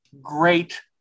great